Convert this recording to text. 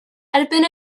erbyn